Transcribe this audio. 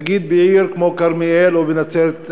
נגיד, בעיר כמו כרמיאל או בנצרת-עילית,